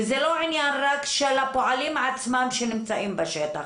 וזה לא עניין רק של הפועלים עצמם שנמצאים בשטח.